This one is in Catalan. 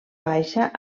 baixa